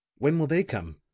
when will they come?